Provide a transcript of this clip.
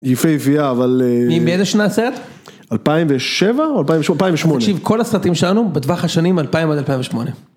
יפיפיה אבל... מ... מאיזה שנה הסרט? 2007? או אלפיים וש... 2008! תקשיב כל הסרטים שלנו בטווח השנים 2000 עד 2008.